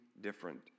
different